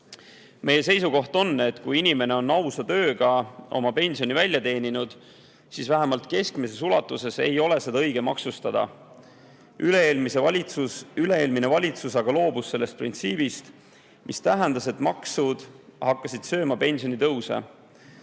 Meie seisukoht on, et kui inimene on ausa tööga oma pensioni välja teeninud, siis vähemalt keskmises ulatuses ei ole seda õige maksustada. Üle-eelmine valitsus aga loobus sellest printsiibist, mis tähendas, et maksud hakkasid sööma pensionitõuse.